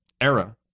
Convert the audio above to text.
era